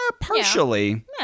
partially